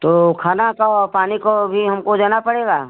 तो खाना का और पानी को भी हमको देना पड़ेगा